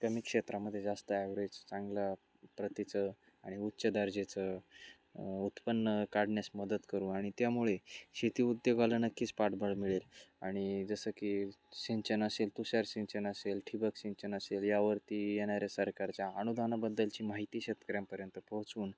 कमी क्षेत्रामध्ये जास्त ॲव्हरेज चांगला प्रतीचं आणि उच्च दर्जाचं उत्पन्न काढण्यास मदत करू आणि त्यामुळे शेती उद्योगला नक्कीच पाठबळ मिळेल आणि जसं की सिंचन असेल तुषार सिंचन असेल ठिबक सिंचन असेल यावरती येणाऱ्या सरकारच्या अ अनुदानाबद्दलची माहिती शेतकऱ्यांपर्यंत पोहोचवून